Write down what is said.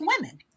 women